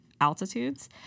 altitudes